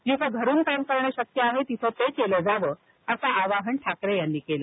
जिथं घरून काम करणे शक्य आहे तिथं ते केलं जावं असं आवाहन ठाकरे यांनी केलं